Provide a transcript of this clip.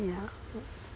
ya